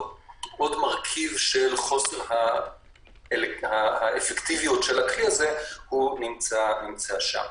עוד מרכיב של חוסר האפקטיביות של הכלי הזה נמצא שם.